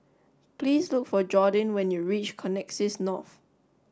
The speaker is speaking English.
please look for Jordyn when you reach Connexis North